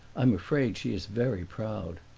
i'm afraid she is very proud.